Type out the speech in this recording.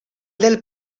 del